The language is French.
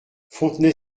fontenay